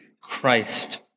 Christ